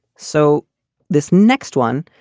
so this next one,